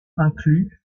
inclus